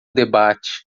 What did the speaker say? debate